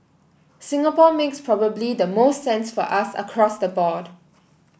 Singapore makes probably the most sense for us across the board